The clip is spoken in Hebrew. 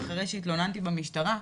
אחרי שהתלוננתי במשטרה,